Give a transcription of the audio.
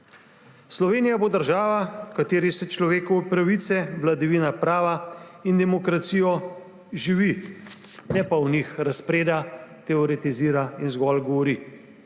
Slovenija bo država, v kateri se človekove pravice, vladavino prava in demokracijo živi, ne pa o njih razpreda, teoretizira in zgolj govori.